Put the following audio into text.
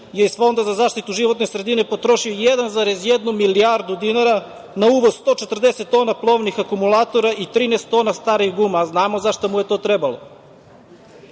je iz Fonda za zaštitu životne sredine potrošio 1,1 milijardu dinara na uvoz 140 tona plovnih akumulatora i 13 tona starih guma, a znamo zašto mu je to trebalo. Takođe,